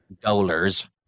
dollars